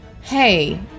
Hey